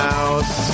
Mouse